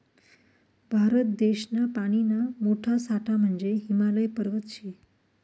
भारत देशना पानीना मोठा साठा म्हंजे हिमालय पर्वत शे